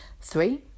Three